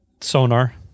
Sonar